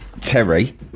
Terry